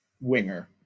winger